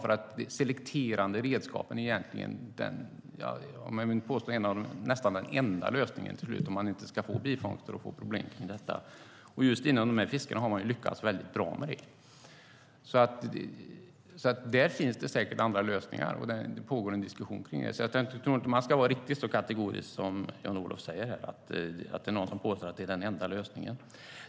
Jag vill påstå att selekterande redskap är nästan den enda lösningen om man inte ska få bifångster och problem kring detta. Just inom dessa fisken har man lyckats väldigt bra med det. Där finns det säkert andra lösningar, och det pågår en diskussion kring det. Jag tror inte att man ska vara riktigt så kategorisk som Jan-Olof säger, att någon påstår att det är den enda lösningen.